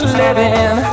living